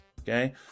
okay